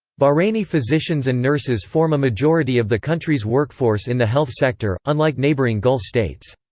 bahraini physicians and nurses form a majority of the country's workforce in the health sector, unlike neighbouring gulf states.